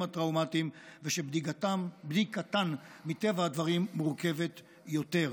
הטראומטיים ושבדיקתן מטבע הדברים מורכבת יותר.